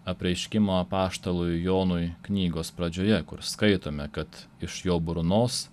apreiškimo apaštalui jonui knygos pradžioje kur skaitome kad iš jo burnos